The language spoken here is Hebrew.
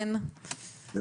אתה